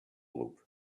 loop